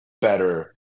better